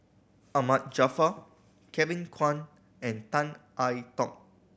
Ahmad Jaafar Kevin Kwan and Tan I Tong